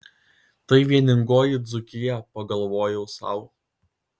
tai vieningoji dzūkija pagalvojau sau